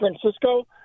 Francisco